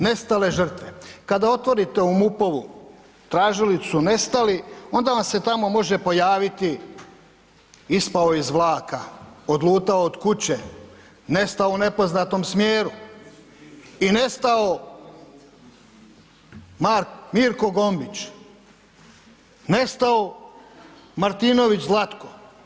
Nestale žrtve, kada otvorite ovu MUP-ovu tražilicu nestali, onda vam se tamo može pojaviti ispao je iz vlaka, odlutao od kuće, nestao u nepoznatom smjeru i nestao Mirko Gombić, nestao Martinović Zlatko.